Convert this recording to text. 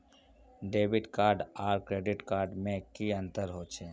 Debit card आर credit card में की अंतर होचे?